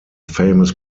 famous